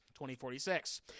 2046